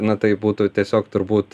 na tai būtų tiesiog turbūt